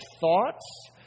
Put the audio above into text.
thoughts